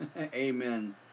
amen